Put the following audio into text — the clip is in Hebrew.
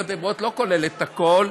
ועשרת הדיברות לא כוללים את הכול.